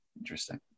interesting